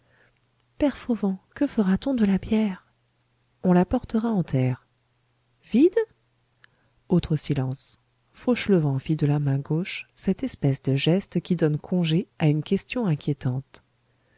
fauvent que fera-t-on de la bière on la portera en terre vide autre silence fauchelevent fit de la main gauche cette espèce de geste qui donne congé à une question inquiétante